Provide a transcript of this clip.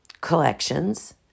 collections